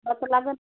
तसं लागंन